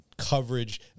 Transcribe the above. coverage